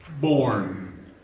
born